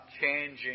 changing